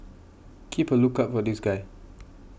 keep a lookout for this guy